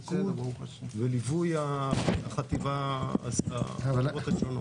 מיקוד וליווי החטיבות השונות.